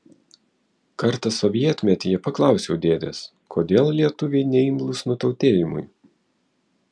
kartą sovietmetyje paklausiau dėdės kodėl lietuviai neimlūs nutautėjimui